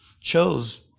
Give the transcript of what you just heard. chose